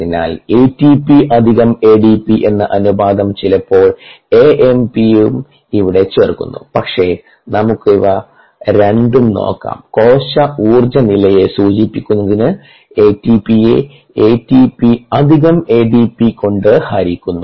അതിനാൽ എടിപി അധികം എഡിപി എന്ന അനുപാതം ചിലപ്പോൾ എഎംപി യും ഇവിടെ ചേർക്കുന്നു പക്ഷേ നമുക്ക് ഇവ രണ്ടും നോക്കാം കോശ ഊർജ്ജ നിലയെ സൂചിപ്പിക്കുന്നതിന് എടിപിയെ എറ്റിപി അധികം എഡിപി കൊണ്ട് ഹരിക്കുന്നു